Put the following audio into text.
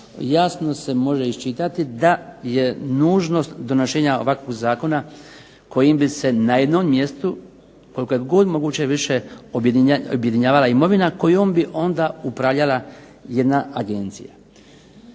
jasno se može iščitati da je nužnost donošenja ovakvog zakona kojim bi se na jednom mjestu koliko je god moguće više objedinjavala imovina kojom bi onda upravljala jedna agencija.